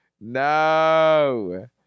No